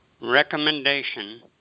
recommendation